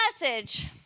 message